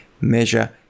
measure